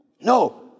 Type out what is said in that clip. No